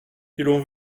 l’on